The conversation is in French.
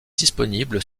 disponible